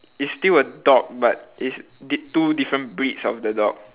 it's still a dog but it's di~ two different breeds of the dog